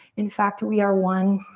in fact, we are one.